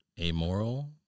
Amoral